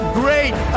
great